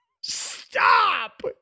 Stop